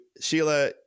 Sheila